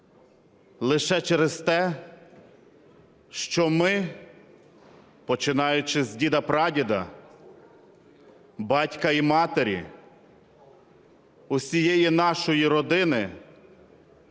лише через те, що ми, починаючи з діда-прадіда, батька і матері, усієї нашої родини